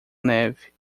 neve